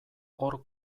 hor